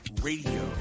Radio